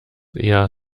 eher